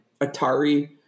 Atari